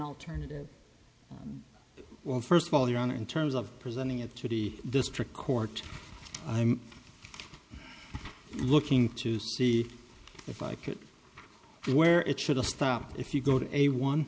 alternative well first of all your honor in terms of presenting it to the district court i'm looking to see if i could where it should have stopped if you go to a one